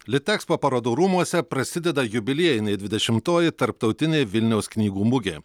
litekspo parodų rūmuose prasideda jubiliejinė dvidešimtoji tarptautinė vilniaus knygų mugė